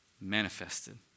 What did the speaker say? manifested